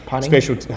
special